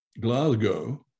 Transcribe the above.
Glasgow